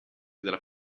della